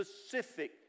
specific